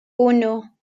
uno